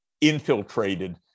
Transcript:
infiltrated